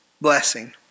blessing